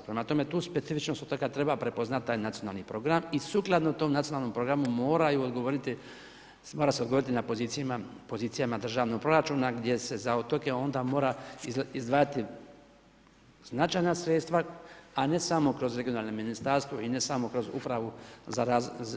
Prema tome, tu specifičnost otoka treba prepoznati taj Nacionalni program i sukladno tom Nacionalnom programu moraju odgovoriti, mora se odgovoriti na pozicijama državnog proračuna gdje se za otoke onda mora izdvajati značajna sredstva, a ne samo kroz regionalno ministarstvo i ne samo kroz